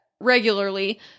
regularly